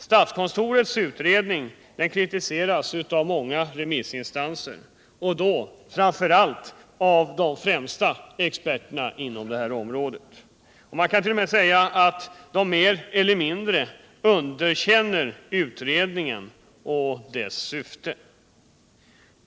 Statskontorets utredning kritiseras av många remissinstanser och då framför allt av de främsta experterna på området. Man kan 1. o. m. säga att de mer eller mindre underkänner utredningen och dess syfte.